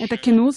את הכינוס,